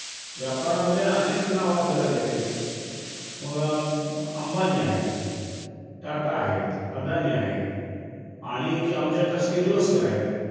व्यापारामध्ये अनेक नावं आपल्याला घेता येतील मग अंबानी आहेत टाटा आहेत अदानी आहेत आणि की आमच्यातच किर्लोस्कर आहेत